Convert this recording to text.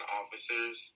officers